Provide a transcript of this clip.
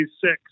six